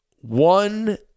one